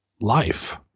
life